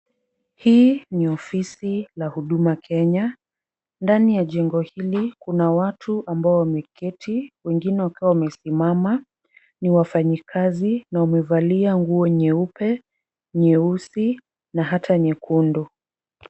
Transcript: Hii ni ofisi la Huduma Kenya. Ndani ya jengo hili, kuna watu ambao wameketi wengine wakiwa wamesimama. Ni wafanyikazi na wamevalia nguo nyeupe, nyeusi na hata nyekundu.